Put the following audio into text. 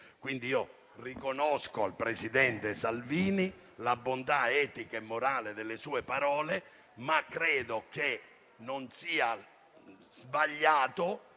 sarebbero. Riconosco al presidente Salvini la bontà etica e morale delle sue parole, ma credo che non sia sbagliato